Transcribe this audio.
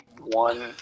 one